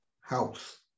house